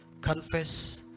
confess